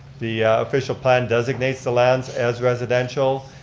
the official plan designates the land as residential.